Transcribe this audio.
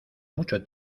mucho